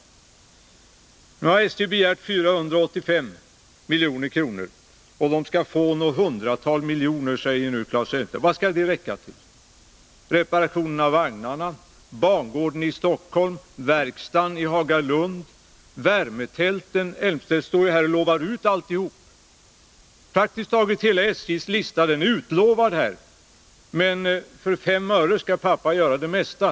Nu har SJ begärt 485 milj.kr. men skall få något hundratal miljoner, säger Claes Elmstedt. Vad skall dessa pengar räcka till — reparationerna av vagnar, bangården i Stockholm, verkstaden i Hagalund, värmetälten? Claes Elmstedt står ju här och utlovar allt detta. Praktiskt taget allt på SJ:s lista är utlovat. För 5 öre skall pappa tydligen göra det mesta.